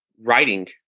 writing